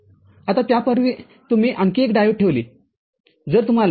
आता त्यापूर्वी तुम्ही आणखी एक डायोड ठेवले तरतुम्हाला ०